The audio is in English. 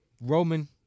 Roman